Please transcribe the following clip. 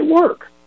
work